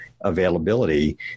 availability